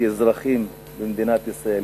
כאזרחים במדינת ישראל,